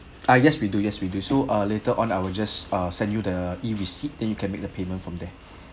ah yes we do yes we do so uh later on I will just uh send you the E_receipt then you can make the payment from there